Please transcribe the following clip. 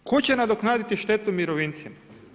Tko će nadoknaditi štetu mirovincima?